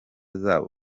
zabo